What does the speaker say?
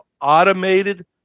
automated